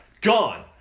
Gone